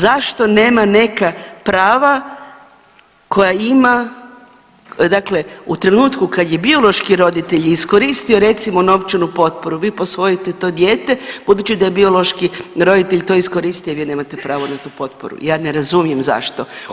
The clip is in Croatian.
Zašto nema neka prava koja ima dakle u trenutku kad je biološki roditelj iskoristio, recimo, novčanu potporu, vi posvojite to dijete, budući da je biološki roditelj to iskoristio, vi nemate pravo na tu potporu, ja ne razumijem zašto.